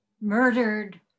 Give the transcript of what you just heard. murdered